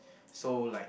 so like